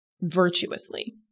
virtuously